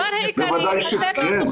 בוודאי שכן.